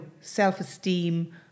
self-esteem